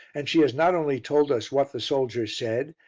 and she has not only told us what the soldier said,